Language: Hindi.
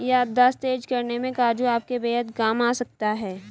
याददाश्त तेज करने में काजू आपके बेहद काम आ सकता है